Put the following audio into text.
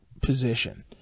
position